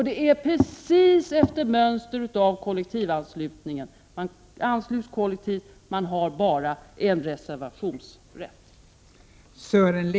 Det sker precis efter mönster av kollektivanslutningen — man ansluts kollektivt, och man har bara reservationsrätt.